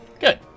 Good